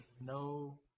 No